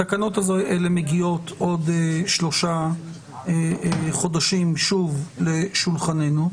התקנות אלה מגיעות עוד שלושה חודשים שוב לשולחננו.